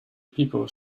people